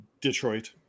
Detroit